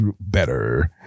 better